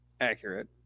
accurate